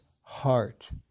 heart